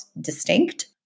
distinct